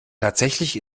tatsächlich